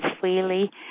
freely